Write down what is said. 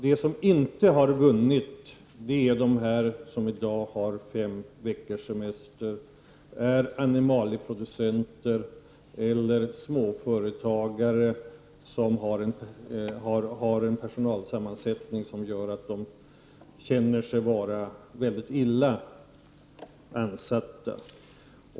De som inte har vunnit är de människor som i dag har fem veckors semester, t.ex. animalieproducenter och småföretagare. I fråga om dessa grupper är personalsammansättningen sådan att de känner sig mycket illa ansatta.